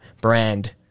brand